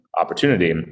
opportunity